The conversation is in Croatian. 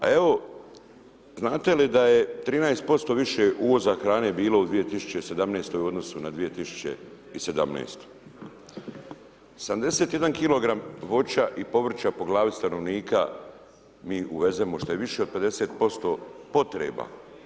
Evo, znate li da je 13% više uvoza hrane bilo u 2018. u odnosu na 2017. 71 kg voća i povrća po glavi stanovnika, mi uvezemo što je više od 50% potreba.